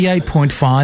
88.5